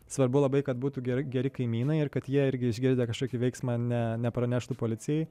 svarbu labai kad būtų geri geri kaimynai ir kad jie irgi išgirdę kažkokį veiksmą ne nepraneštų policijai